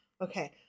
Okay